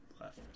left